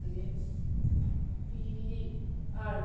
ꯑꯗꯨꯒꯤ P V R